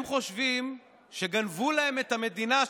הם חושבים שגנבו להם את המדינה,